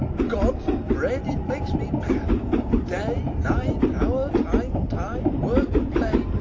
god's bread! it makes me mad day, night, hour, time, tide, work, play,